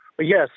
Yes